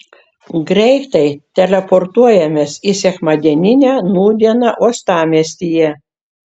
greitai teleportuojamės į sekmadieninę nūdieną uostamiestyje